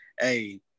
hey